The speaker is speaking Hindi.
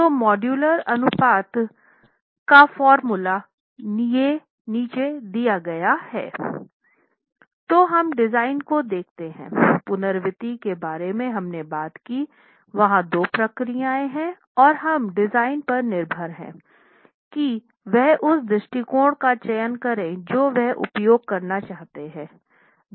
तो मॉड्यूलर अनुपात तो हम डिज़ाइन को देखते हैं पुनरावृति के बारे में हमने बात की वहां दो प्रक्रिया हैं और यह डिज़ाइनर पर निर्भर है कि वह उस दृष्टिकोण का चयन करे जो वह उपयोग करना चाहता है